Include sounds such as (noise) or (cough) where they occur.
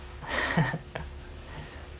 (laughs)